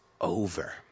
over